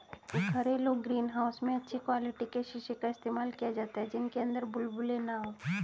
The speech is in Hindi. घरेलू ग्रीन हाउस में अच्छी क्वालिटी के शीशे का इस्तेमाल किया जाता है जिनके अंदर बुलबुले ना हो